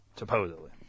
Supposedly